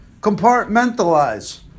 Compartmentalize